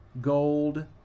gold